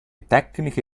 tecniche